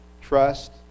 trust